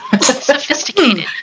Sophisticated